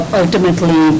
ultimately